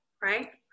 right